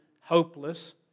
hopeless